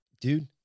dude